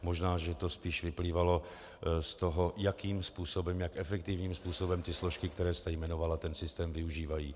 Možná že to spíš vyplývalo z toho, jakým způsobem, jak efektivním způsobem ty složky, které jste jmenovala, ten systém využívají.